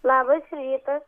labas rytas